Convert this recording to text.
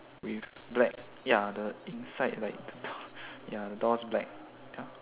with black ya the inside like the door ya door's black ya